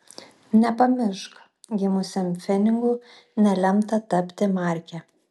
nepamiršk gimusiam pfenigu nelemta tapti marke